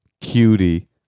cutie